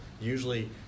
usually